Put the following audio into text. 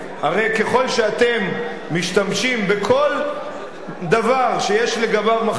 הרי ככל שאתם משתמשים בכל דבר שיש לגביו מחלוקת